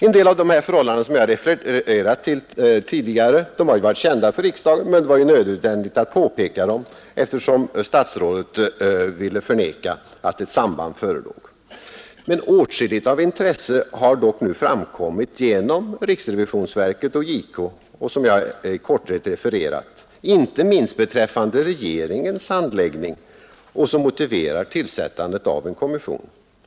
En del av de förhållanden som jag refererat till har tidigare varit kända för riksdagen, men det var nödvändigt att påpeka dem eftersom statsrådet ville förneka att ett samband förelåg. Åtskilligt av väsentligt intresse har dock framkommit genom riksrevisionsverket och justitiekanslern — detta gäller, som jag i korthet refererat, inte minst beträffande regeringens handläggning — som motiverar tillsättande av en kommission.